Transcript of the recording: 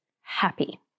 happy